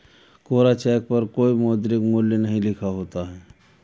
कोरा cheque पर कोई मौद्रिक मूल्य नहीं लिखा होता है